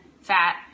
fat